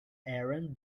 aaron